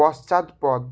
পশ্চাৎপদ